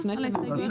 על ההסתייגויות שלכם?